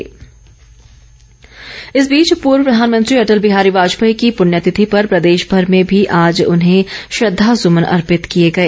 श्रद्वांजलि इस बीच पूर्व प्रधानमंत्री अटल बिहारी वाजपेयी की प्रण्यतिथि पर प्रदेशभर में भी आज उन्हें श्रद्वासुमन अर्पित किए गए